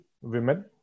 women